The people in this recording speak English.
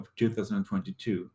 2022